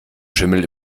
schimmel